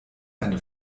eine